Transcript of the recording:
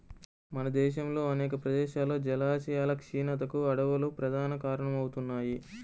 మన దేశంలో అనేక ప్రదేశాల్లో జలాశయాల క్షీణతకు అడవులు ప్రధాన కారణమవుతున్నాయి